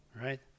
right